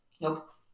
Nope